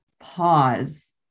pause